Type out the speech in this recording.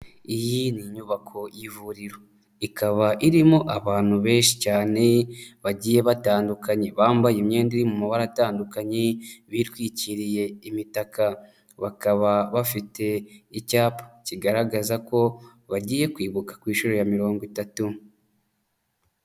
Iyi ni inyubako y'ivuriro, ikaba irimo abantu benshi cyane, bagiye batandukanye, bambaye imyenda iri mu mabara atandukanye, bitwikiriye imitaka, bakaba bafite icyapa, kigaragaza ko bagiye kwibuka ku inshuro ya mirongo itatu.